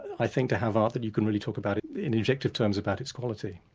i think to have art that you can really talk about it in objective terms about its quality.